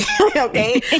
Okay